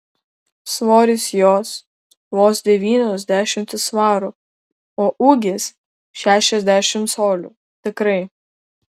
svoris jos vos devynios dešimtys svarų o ūgis šešiasdešimt colių tikrai